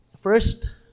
First